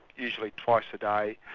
usually twice a day.